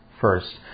first